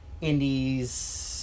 Indies